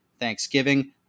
Thanksgiving